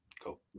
Cool